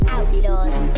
Outlaws